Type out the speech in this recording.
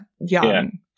young